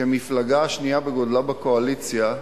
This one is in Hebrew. כמפלגה השנייה בגודלה בקואליציה,